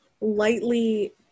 lightly